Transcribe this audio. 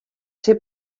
ser